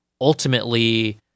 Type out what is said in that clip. ultimately